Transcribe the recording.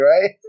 right